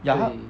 ya 他